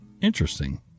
Interesting